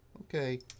Okay